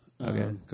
Okay